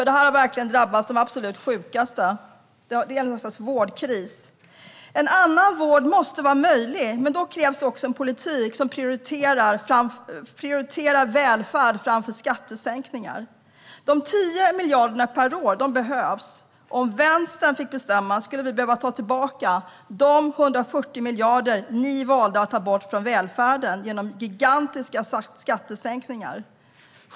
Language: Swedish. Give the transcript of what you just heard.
Det här har verkligen drabbat de absolut sjukaste. Det är en sorts vårdkris. En annan vård måste vara möjlig, men då krävs politik som prioriterar välfärd framför skattesänkningar. De 10 miljarderna per år behövs. Om Vänstern fick bestämma skulle vi ta tillbaka de 140 miljarder som Alliansen valde att ta bort från välfärden genom gigantiska skattesänkningar.